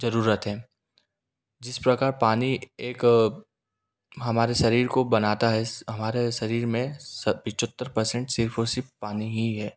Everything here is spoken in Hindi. ज़रूरत है जिस प्रकार पानी एक हमारे शरीर को बनाता है हमारे शरीर में पचहत्तर पर्सेंट सिर्फ़ ओर सिर्फ़ पानी ही है